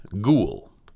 ghoul